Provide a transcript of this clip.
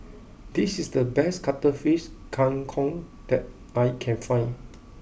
this is the best cuttlefish Kang Kong that I can find